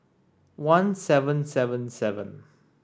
one seven seven seven